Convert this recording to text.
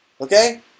okay